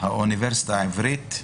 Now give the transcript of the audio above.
באוניברסיטה העברית.